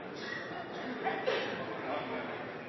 seg ned for å få til en løsning for